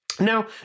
Now